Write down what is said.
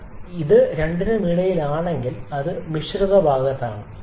എന്നാൽ ഇത് രണ്ടിനുമിടയിലാണെങ്കിൽ അത് മിശ്രിത ഭാഗത്താണ്